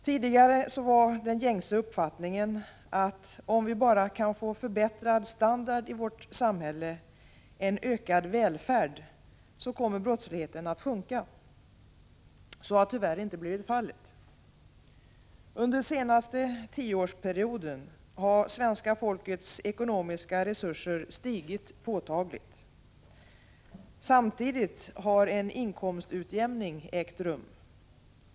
Tidigare var den gängse uppfattningen att om vi bara kan få förbättrad standard i vårt samhälle, en ökad välfärd, så kommer brottsligheten att sjunka. Så har tyvärr inte blivit fallet. Under den senaste tioårsperioden har svenska folkets ekonomiska resurser stigit påtagligt. Samtidigt har en inkomstutjämning ägt rum.